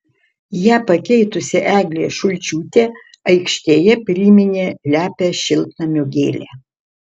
ją pakeitusi eglė šulčiūtė aikštėje priminė lepią šiltnamio gėlę